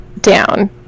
down